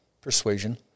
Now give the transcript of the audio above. persuasion